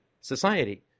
society